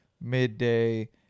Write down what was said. midday